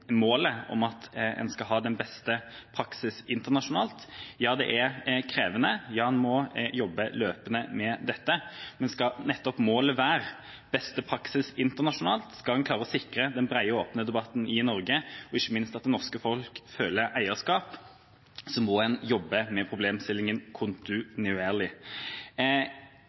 målet er at man skal ha den beste praksisen internasjonalt. Ja, det er krevende. Ja, man må jobbe løpende med dette. Men skal målet være nettopp beste praksis internasjonalt – skal man klare å sikre den brede og åpne debatten i Norge, ikke minst at det norske folk føler eierskap – må man jobbe med